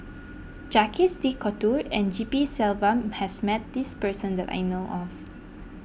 Jacques De Coutre and G P Selvam has met this person that I know of